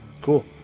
Cool